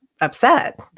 upset